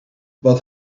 wat